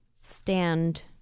stand